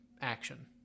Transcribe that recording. action